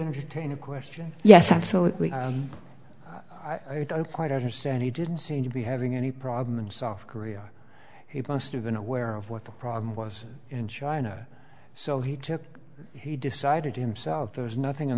entertain a question yes absolutely i don't quite understand he didn't seem to be having any problem and south korea he post have been aware of what the problem was in china so he took he decided himself there was nothing